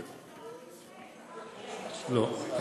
צריך למצוא את הפתרון לפני, לא אחרי.